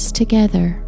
together